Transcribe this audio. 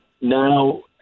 now